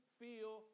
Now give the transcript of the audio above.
feel